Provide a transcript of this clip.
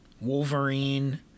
Wolverine